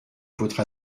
votre